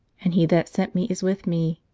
and he that sent me is with me,